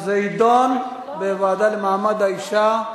והרווחה להכנה לקריאה לוועדה לקידום מעמד האשה.